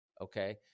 Okay